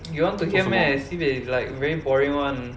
you want to hear meh sibei like very boring [one]